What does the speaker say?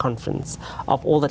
conference of all the